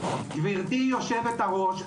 גברתי יושבת-הראש,